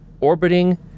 orbiting